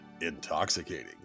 intoxicating